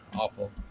awful